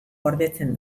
gordetzen